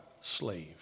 slave